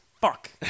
Fuck